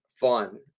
fun